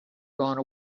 gone